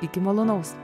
iki malonaus